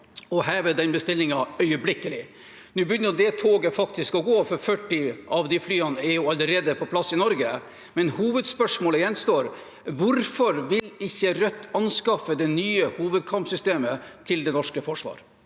å heve den bestillingen øyeblikkelig. Nå begynner det toget faktisk å gå, for 40 av de flyene er allerede på plass i Norge. Men hovedspørsmålet gjenstår: Hvorfor vil ikke Rødt anskaffe det nye hovedkampsystemet til det norske forsvaret?